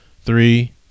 three